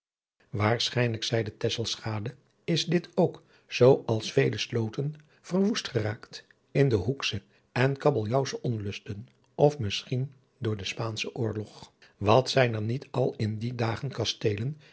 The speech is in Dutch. waarschijnlijk zeide tesselschade is dit ook zoo als vele sloten verwoest geraakt in de hoeksche en kabbeljaauwsche onlusten of misschien door den spaanschen oorlog wat zijn er niet al in die dagen kasteelen